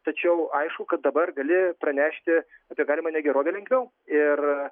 tačiau aišku kad dabar gali pranešti apie galimą negerovę lengviau ir